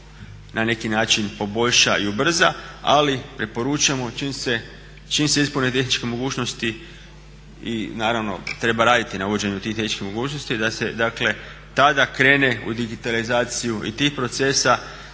na neki način poboljša i ubrza, ali preporučujemo čim se ispune tehničke mogućnosti i naravno treba raditi na uvođenju tih tehničkih mogućnosti, da se tada krene u digitalizaciju i tih procesa,